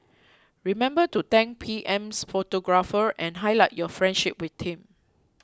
remember to thank PM's photographer and highlight your friendship with him